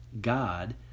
God